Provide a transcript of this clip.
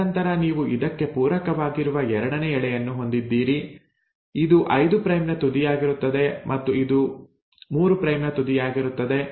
ತದನಂತರ ನೀವು ಇದಕ್ಕೆ ಪೂರಕವಾಗಿರುವ ಎರಡನೇ ಎಳೆಯನ್ನು ಹೊಂದಿದ್ದೀರಿ ಇದು 5 ಪ್ರೈಮ್ ನ ತುದಿಯಾಗಿರುತ್ತದೆ ಮತ್ತು ಇದು 3 ಪ್ರೈಮ್ ನ ತುದಿಯಾಗಿರುತ್ತದೆ